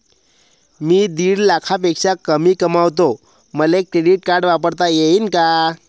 मी दीड लाखापेक्षा कमी कमवतो, मले क्रेडिट कार्ड वापरता येईन का?